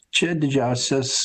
čia didžiausias